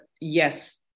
yes